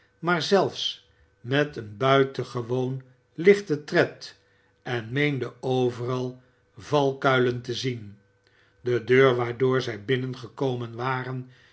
maar zelfs met een buitengewoon lichten tred en meende overal valluiken te zien de deur waardoor zij binnen gekomen waren